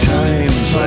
times